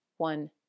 one